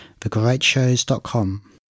thegreatshows.com